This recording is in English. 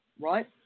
right